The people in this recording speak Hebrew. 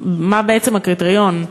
מה הוא בעצם הקריטריון,